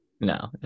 No